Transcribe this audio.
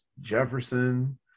Jefferson